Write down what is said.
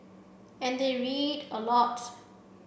and they read a lot